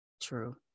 True